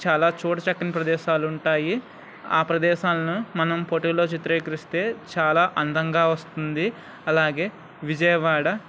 చాలా చూడ చక్కని ప్రదేశాలు ఉంటాయి ఆ ప్రదేశాలను మనం ఫోటోలో చిత్రీకరిస్తే చాలా అందంగా వస్తుంది అలాగే విజయవాడ